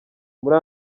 muri